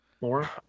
more